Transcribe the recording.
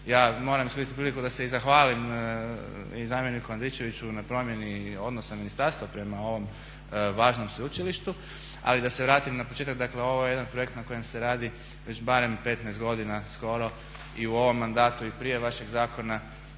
ja moram iskoristiti priliku da se i zahvalim i zamjeniku Andričeviću na promjeni odnosa ministarstva prema ovom važnom sveučilištu. Ali da se vratim na početak, dakle ovo je jedan projekt na kojem se radi već barem 15 godina skoro i u ovom mandatu i prije vašeg zakona